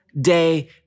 day